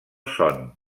son